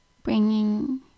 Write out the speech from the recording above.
Bringing